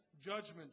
judgment